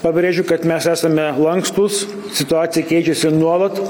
pabrėžiu kad mes esame lankstūs situacija keičiasi nuolat